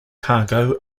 cargo